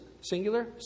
singular